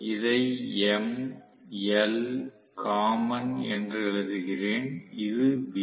இதை M L common என்று எழுதுகிறேன் இது V